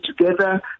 together